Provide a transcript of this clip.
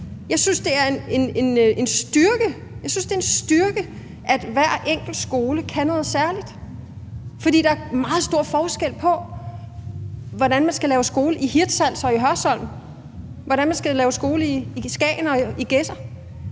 Jeg synes, det er en styrke, at hver enkelt skole kan noget særligt, for der er meget stor forskel på, hvordan man skal lave skole i Hirtshals og i Hørsholm, hvordan man skal lave skole i Skagen og i Gedser.